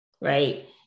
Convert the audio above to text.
right